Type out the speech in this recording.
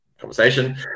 conversation